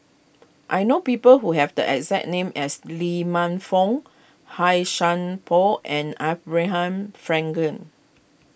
I know people who have the exact name as Lee Man Fong Hai shan Por and Abraham Frankel